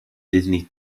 disney